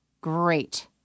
Great